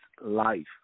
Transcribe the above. life